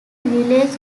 village